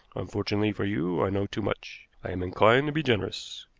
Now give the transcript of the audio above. unfortunately for you, i know too much. i am inclined to be generous.